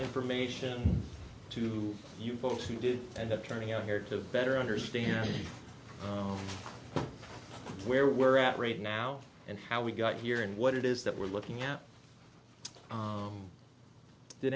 information to you folks who do end up turning out here to better understand where we're at right now and how we got here and what it is that we're looking at